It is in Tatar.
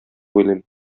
уйлыйм